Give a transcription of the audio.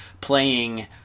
playing